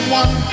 one